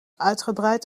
uitgebreid